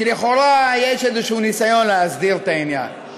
שלכאורה יש איזשהו ניסיון להסדיר את העניין.